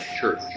church